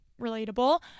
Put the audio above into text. relatable